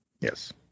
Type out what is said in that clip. Yes